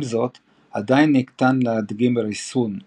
עם זאת, עדיין ניתן להדגים ריסון .